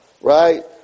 right